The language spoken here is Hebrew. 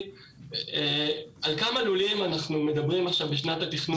על כמה לולים אנחנו מדברים עכשיו בשנת התכנון?